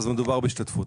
אז מדובר בהשתתפות.